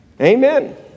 Amen